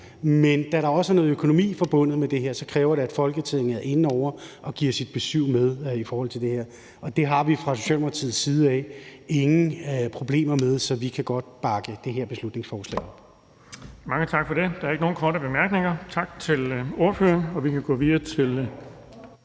men da der også er noget økonomi forbundet med det her, kræver det, at Folketinget er inde over og giver sit besyv med i forhold til det her. Det har vi fra Socialdemokratiets side ingen problemer med, så vi kan godt bakke det her beslutningsforslag op. Kl. 13:36 Den fg. formand (Erling Bonnesen): Mange tak for det. Der er ikke nogen korte bemærkninger. Tak til ordføreren, og vi kan gå videre